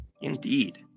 Indeed